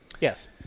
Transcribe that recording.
Yes